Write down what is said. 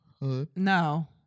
no